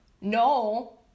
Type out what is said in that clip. no